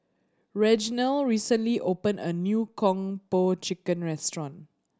Reginal recently opened a new Kung Po Chicken restaurant